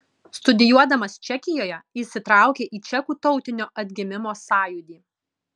studijuodamas čekijoje įsitraukė į čekų tautinio atgimimo sąjūdį